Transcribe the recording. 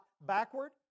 backward